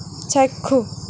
চাক্ষুষ